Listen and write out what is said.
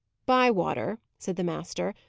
bywater, said the master,